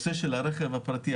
הרכב הפרטי,